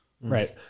right